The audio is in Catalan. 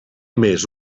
més